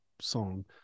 song